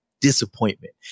disappointment